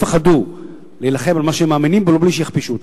יפחדו להילחם על מה שהם מאמינים בו בלי שיכפישו אותם.